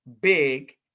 big